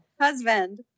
husband